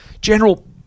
general